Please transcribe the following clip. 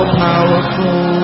powerful